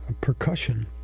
percussion